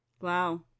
Wow